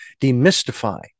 demystify